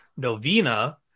Novena